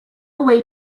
way